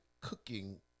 cooking